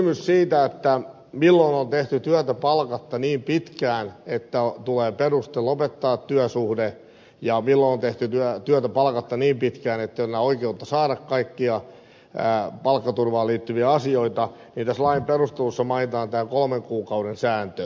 kysymykseen siitä milloin on tehty työtä palkatta niin pitkään että tulee peruste lopettaa työsuhde ja milloin on tehty työtä palkatta niin pitkään ettei ole oikeutta saada kaikkia palkkaturvaan liittyviä asioita tässä lain perustelussa mainitaan tämä kolmen kuukauden sääntö